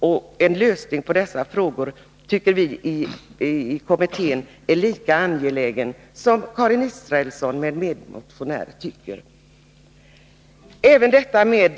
För oss i kommittén är en lösning på dessa frågor lika angelägen som för Karin Israelsson och hennes medmotionär.